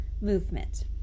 movement